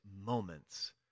moments